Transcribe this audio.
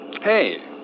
Hey